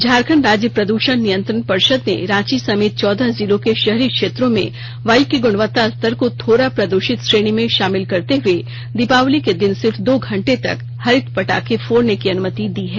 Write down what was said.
झारखंड राज्य प्रद्षण नियंत्रण पर्षद ने रांची समेत चौदह जिलों के शहरी क्षेत्रों में वायु की गुणवत्ता स्तर को थोड़ा प्रदूषित श्रेणी में शामिल करते हुए दीपावली के दिन सिर्फ दो घंटे तक हरित पटाखे फोड़ने की अनुमति दी है